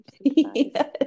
yes